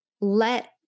let